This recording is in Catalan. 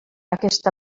aquesta